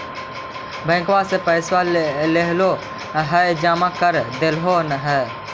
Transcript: बैंकवा से पैसवा लेलहो है जमा कर देलहो हे?